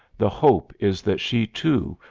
the hope is that she, too,